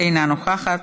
אינה נוכחת,